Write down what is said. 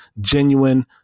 genuine